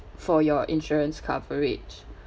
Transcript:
for your insurance coverage